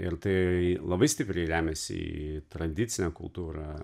ir tai labai stipriai remiasi į tradicinę kultūrą